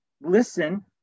listen